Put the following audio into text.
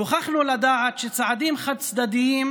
נוכחנו לדעת שצעדים חד-צדדיים,